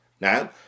Now